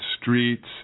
streets